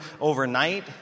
overnight